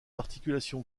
articulation